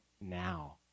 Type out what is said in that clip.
now